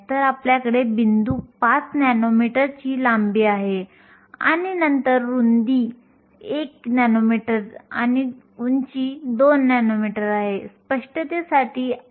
तर सुमारे 450cm2V 1s 1 किंवा आपण हे 104 ने विभाजित करू शकता वरचा भाग 1